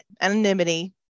anonymity